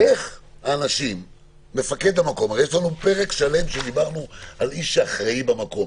יש לנו פרק שלם שדיברנו על איש שאחראי במקום,